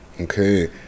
okay